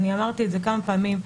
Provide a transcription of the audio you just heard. אני אמרתי את זה כמה פעמים.